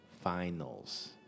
Finals